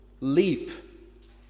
leap